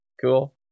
cool